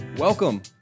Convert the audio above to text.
Welcome